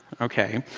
ok,